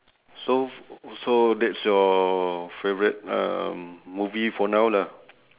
so so that's your favourite um movie for now lah